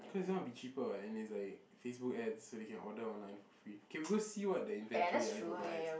cause this one will be cheaper [what] and is like Facebook ads so they can order online for free okay we go see what the inventory Alibaba has